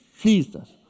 Jesus